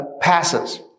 passes